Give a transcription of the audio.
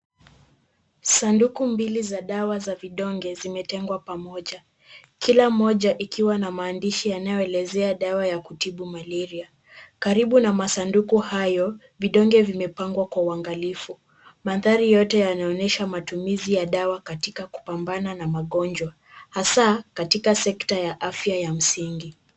Sanduku mbili za dawa za vidonge zimetengwa pamoja, kila moja ikiwa na maandishi yanayoelezea dawa ya kutibu Malaria. Karibu na masanduku hayo vidonge vimepangwa kwa uangalifu. Mandhari yote yanaonyesha matumizi ya dawa katika kupambana na magonjwa hasa katika sekta ya afya ya msingi.